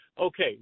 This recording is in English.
Okay